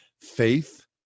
Faith